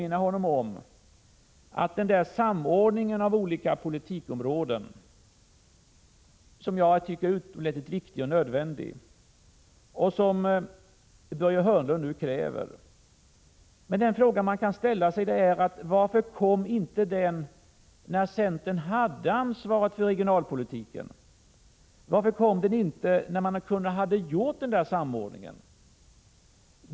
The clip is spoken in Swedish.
När det gäller den samordning av olika områden inom politiken som Börje Hörnlund nu kräver och som jag tycker är utomordentligt viktig och nödvändig vill jag fråga Börje Hörnlund: Varför kom inte det kravet när centern hade ansvaret för regionalpolitiken? Då kunde ju centern — det vill jag bara stilla påminna Börje Hörnlund om — ha gjort den samordningen.